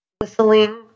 whistling